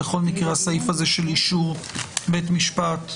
בכל מקרה הסעיף הזה של אישור בית משפט,